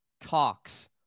talks